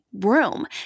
room